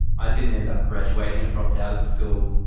i didn't end up graduating, i dropped out of school.